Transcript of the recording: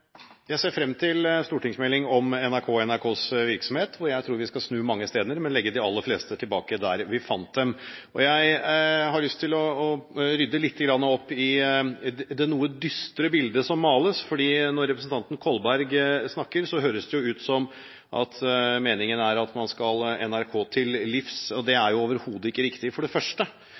Jeg ser frem til stortingsmeldingen om NRK og NRKs virksomhet. Der tror jeg vi skal snu mange steiner, men legge de aller fleste tilbake der vi fant dem. Jeg har lyst til å rydde litt opp i det noe dystre bildet som males, for når representanten Kolberg snakker, høres det ut som om meningen er at man skal NRK til livs. Det er overhodet ikke riktig. Fra min side har det